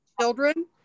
children